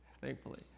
Thankfully